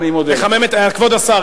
לחמם את כבוד השר,